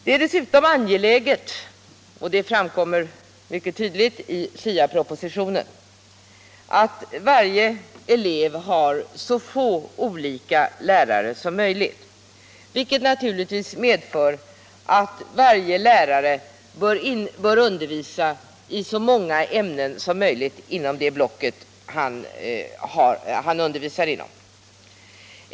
Det är dessutom angeläget att varje elev — det framkommer mycket tydligt i SIA-propositionen — har så få olika lärare som möjligt, vilket naturligtvis medför att varje lärare bör undervisa i så många ämnen som möjligt inom sitt ämnesblock.